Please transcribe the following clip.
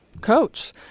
coach